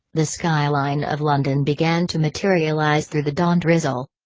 the skyline of london began to materialize through the dawn drizzle.